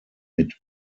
mit